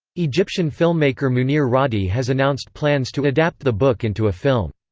egyptian filmmaker munir radhi has announced plans to adapt the book into a film.